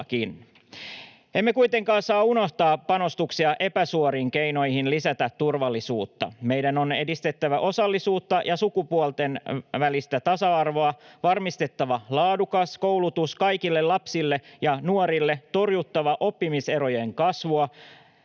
Emme kuitenkaan saa unohtaa panostuksia epäsuoriin keinoihin lisätä turvallisuutta. Meidän on edistettävä osallisuutta ja sukupuolten välistä tasa-arvoa, varmistettava laadukas koulutus kaikille lapsille ja nuorille, torjuttava oppimiserojen kasvua